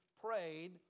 prayed